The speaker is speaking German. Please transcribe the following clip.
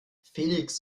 felix